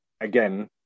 again